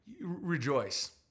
rejoice